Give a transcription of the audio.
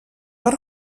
per